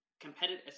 competitive